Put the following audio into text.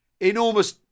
enormous